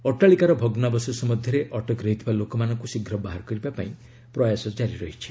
ଅଟ୍ଟାଳିକାର ଭଗ୍ନାବଶେଷ ମଧ୍ୟରେ ଅଟକି ରହିଥିବା ଲୋକମାନଙ୍କୁ ଶୀଘ୍ର ବାହାର କରିବା ପାଇଁ ପ୍ରୟାସ ଜାରି ରହିଛି